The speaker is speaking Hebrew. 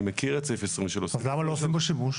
אני מכיר את סעיף 23. אז למה לא עושים בו שימוש?